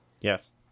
Yes